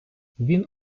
він